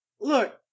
Look